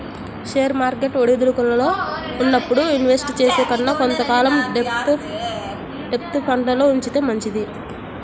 share market ఒడిదుడుకుల్లో ఉన్నప్పుడు invest చేసే కన్నా కొంత కాలం డెబ్ట్ ఫండ్లల్లో ఉంచితే మంచిది